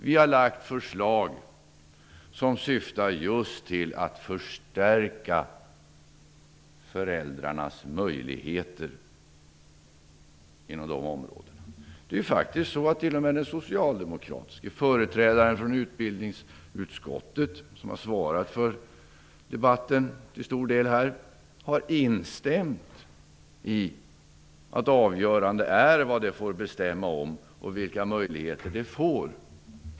Vi har lagt fram förslag som just syftar till att förstärka föräldrarnas möjligheter inom dessa områden. T.o.m. den socialdemokratiske företrädaren från utbildningsutskottet, som till stor del har svarat för debatten här, har instämt i att det är avgörande vad de får bestämma om och vilka möjligheter de får.